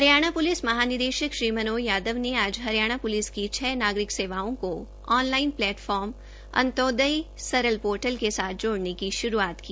Haryana police महानिदेशक श्री मनोज यादव ने आज हरियाणा प्लिस की छः नागरिक सेवाओं को online platform Antyodaya Saral portal के साथ जोडने की शुरुआत की